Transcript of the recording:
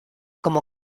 como